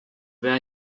were